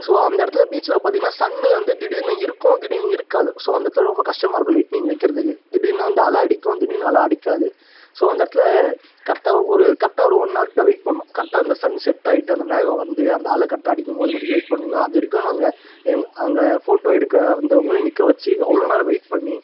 so அந்த இடத்துல பீச்சில் பார்த்தீங்கன்னா சன்னு வந்து திடீர்னு இருக்கும் திடீர்னு இருக்காது ஸோ அந்த இடத்துல ரொம்ப கஷ்டமாக இருக்கும் லைட்னிங் வைக்கறதுக்கு திடீர்னு வந்து அலை அடிக்கும் திடீர்னு அலை அடிக்காது ஸோ அந்த இடத்துல கரெக்டா ஒரு கரெக்டா ஒரு ஒன்னவர்க்கிட்ட வெயிட் பண்ணோம் கரெக்டாக அந்த சன் செட்டாயிட்டு அந்த மேகம் வந்து அந்த அலை கரெக்டா அடிக்கும் போது அது வரைக்கும் வெயிட் பண்ணிருந்தோம் அது வரைக்கும் நாங்கள் எங்க அங்கே ஃபோட்டோ எடுக்க வந்தவங்களையும் நிற்க வெச்சு அவ்வளோ நேரம் வெயிட் பண்ணி